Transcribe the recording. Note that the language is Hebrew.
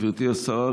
גברתי השרה.